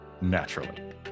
Naturally